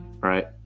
Right